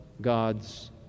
God's